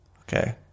okay